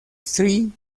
sri